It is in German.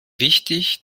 wichtig